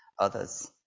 others